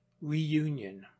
reunion